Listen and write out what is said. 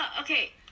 Okay